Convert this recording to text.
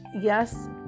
Yes